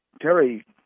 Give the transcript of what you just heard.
Terry